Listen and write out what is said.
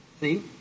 See